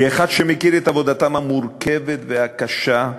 כאחד שמכיר את עבודתם המורכבת והקשה,